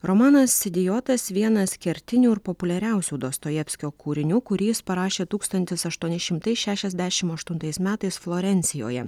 romanas idiotas vienas kertinių ir populiariausių dostojevskio kūrinių kurį jis parašė tūkstantis aštuoni šimtai šešiasdešim aštuntais metais florencijoje